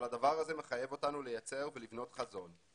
אבל הדבר הזה מחייב אותנו לייצב ולבנות חזון.